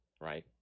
right